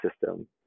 system